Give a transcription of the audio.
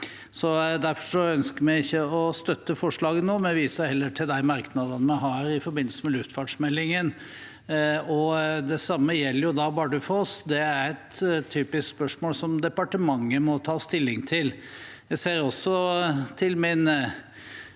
Derfor ønsker vi ikke å støtte forslaget nå, men viser heller til de merknadene vi har i forbindelse med luftfartsmeldingen. Det samme gjelder da Bardufoss. Det er et typisk spørsmål som departementet må ta stilling til. Jeg ser også til litt